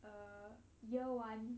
err year one